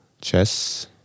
Chess